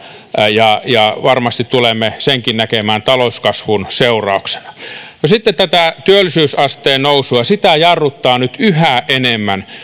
ja ja varmasti tulemme senkin näkemään talouskasvun seurauksena no sitten tätä työllisyysasteen nousua jarruttaa nyt yhä enemmän